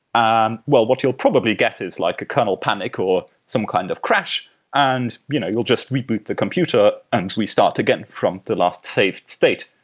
and what you'll probably get is like a kernel panic or some kind of crash and you know you'll just reboot the computer and restart again from the last saved state.